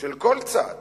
של כל צד